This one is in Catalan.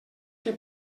que